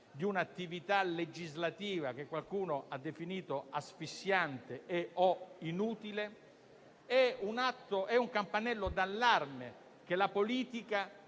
di un'attività legislativa che qualcuno ha definito asfissiante e/o inutile, è un campanello d'allarme che la politica